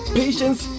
patience